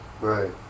Right